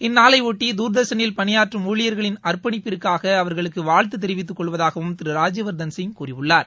இந்நாளைபொட்டி தூர்தர்ஷனில் பணியாற்றும் ஊழியர்களின் அர்ப்பணிப்பிற்காக அவர்களுக்கு வாழ்த்து தெரிவித்துக் கொள்வதாகவும் திரு ராஜ்யவர்தன் சிங் கூறியுள்ளார்